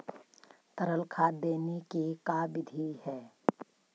तरल खाद देने के का बिधि है?